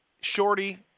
Shorty